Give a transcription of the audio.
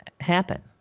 happen